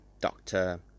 doctor